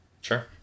sure